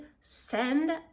send